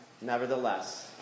nevertheless